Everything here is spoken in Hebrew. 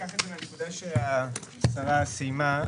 אקח את זה מהנקודה שהשרה סיימה.